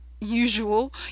usual